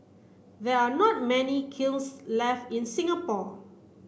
there are not many kilns left in Singapore